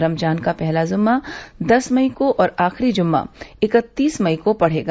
रमजान का पहला जुम्मा दस मई को और आखिरी जुम्मा इकत्तीस मई को पड़ेगा